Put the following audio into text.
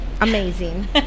Amazing